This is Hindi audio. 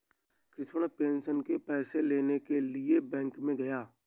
कृष्ण पेंशन के पैसे लेने के लिए बैंक में गया